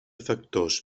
factors